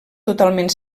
totalment